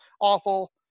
awful